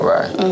Right